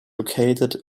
located